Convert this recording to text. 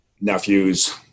nephews